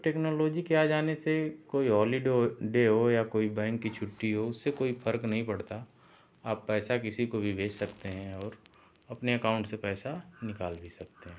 तो टेक्नोलॉजी के आ जाने से कोई हॉलिडे हो कोई बैंक की छुट्टी हो उससे कोई फर्क नहीं पड़ता आप पैसा किसी को भी भेज सकते हैं और अपने अकाउंट से पैसा निकाल भी सकते हैं